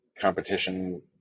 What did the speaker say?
competition